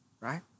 right